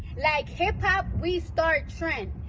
like hip hop, we start trends.